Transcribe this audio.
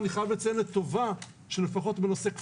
אני חייב לציין לטובה שבכל הנושא של